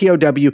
POW